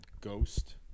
Ghost